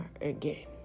again